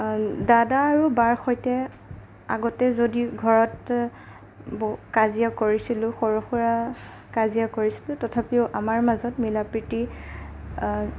দাদা আৰু বাৰ সৈতে আগতে যদিও ঘৰত বহু কাজিয়া কৰিছিলোঁ সৰু সুৰা কাজিয়া কৰিছিলোঁ তথাপিও আমাৰ মাজত মিলা প্ৰীতি